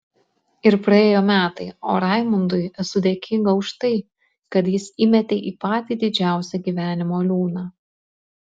ir praėjo metai o raimundui esu dėkinga už tai kad jis įmetė į patį didžiausią gyvenimo liūną